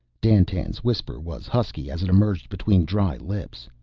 dandtan's whisper was husky as it emerged between dry lips.